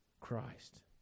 Christ